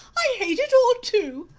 i hate it all too!